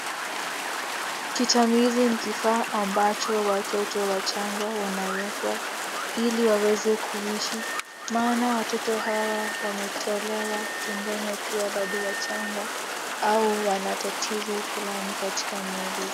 Kitamizi ni kifaa ambacho watoto wachanga wanawekwa ili waweze kuishi maana watoto hawa wametolewa tumboni wakiwa bado wachanga au wana tatizo fulani katika miili.